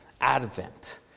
Advent